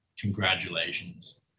congratulations